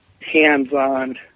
hands-on